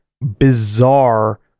bizarre